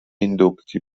indukcji